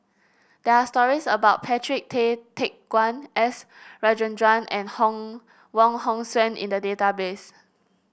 there are stories about Patrick Tay Teck Guan S Rajendran and Hong Wong Hong Suen in the database